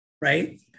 Right